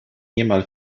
niemal